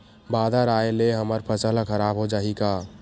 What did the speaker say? बादर आय ले हमर फसल ह खराब हो जाहि का?